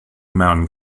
mountain